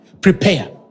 prepare